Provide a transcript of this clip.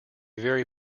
very